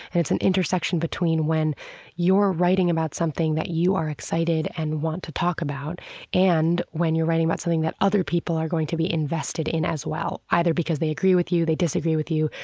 and it's an intersection between when you're writing about something that you are excited and want to talk about and when you're writing about something that other people are going to be invested in as well, either because they agree with you, they disagree with you,